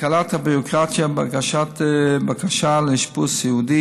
הקלת הביורוקרטיה בהגשת בקשה לאשפוז סיעודי